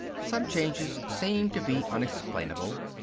some changes seemed to be unexplainable,